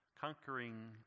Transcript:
conquering